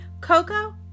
Coco